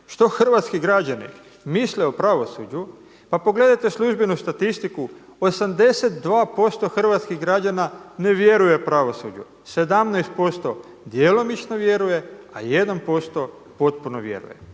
što hrvatski građani misle o pravosuđu pa pogledajte službenu statistiku. 82% hrvatskih građana ne vjeruje pravosuđu, 17% djelomično vjeruje, a 1% potpuno vjeruje